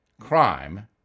Crime